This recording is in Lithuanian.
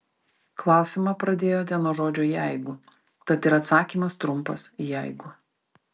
klausimą pradėjote nuo žodžio jeigu tad ir atsakymas trumpas jeigu